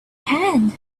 hand